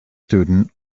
student